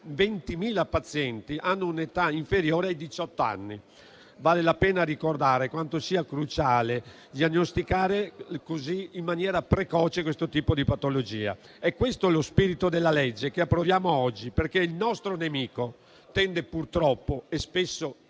20.000 pazienti - ha un'età inferiore ai diciotto anni. Vale la pena ricordare quanto sia cruciale diagnosticare in maniera precoce questo tipo di patologia. È questo lo spirito della legge che ci accingiamo ad approvare oggi, perché il nostro nemico tende purtroppo - e spesso